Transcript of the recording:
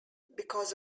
because